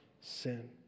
sin